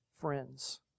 friends